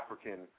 African